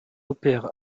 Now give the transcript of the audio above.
opère